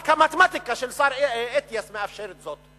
רק המתמטיקה של השר אטיאס מאפשרת זאת.